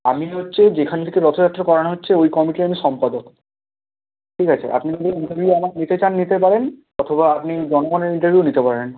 আমি হচ্ছে যেখান থেকে রথযাত্রা করানো হচ্ছে ওই কমিটির আমি সম্পাদক ঠিক আছে আপনি যদি ইন্টারভিউ আমার নিতে চান নিতে পারেন অথবা আপনি জনগণের ইন্টারভিউ নিতে পারেন